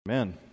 Amen